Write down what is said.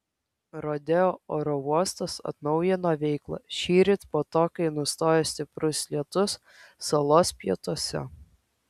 rodeo oro uostas atnaujino veiklą šįryt po to kai nustojo stiprus lietus salos pietuose